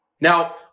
Now